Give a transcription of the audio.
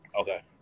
Okay